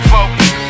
Focus